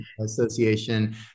association